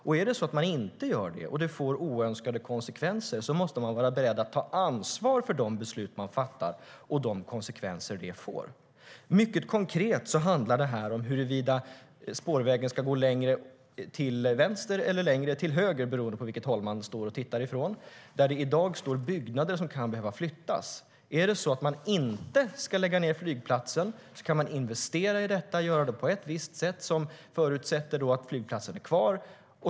Om man inte gör det och det får oönskade konsekvenser måste man vara beredd att ta ansvar för de beslut man fattar och de konsekvenser de får. Mycket konkret handlar det här om huruvida spårvägen ska gå längre till vänster eller längre till höger, beroende på vilket håll man tittar från, där det i dag står byggnader som kan behöva flyttas. Är det så att man inte ska lägga ned flygplatsen kan man investera i detta och göra det på ett sätt som förutsätter att flygplatsen är kvar.